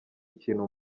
ikintu